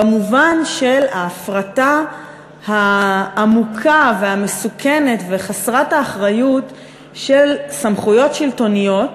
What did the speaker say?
במובן של ההפרטה העמוקה והמסוכנת וחסרת האחריות של סמכויות שלטוניות